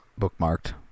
bookmarked